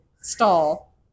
stall